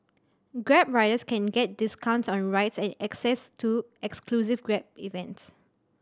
grab riders can get discounts on rides and access to exclusive Grab events